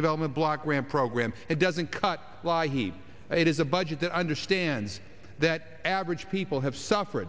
development block grant program it doesn't cut it is a budget that understands that average people have suffered